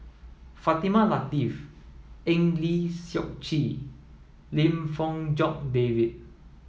Fatimah Lateef Eng Lee Seok Chee Lim Fong Jock David